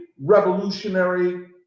revolutionary